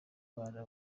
bana